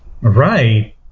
right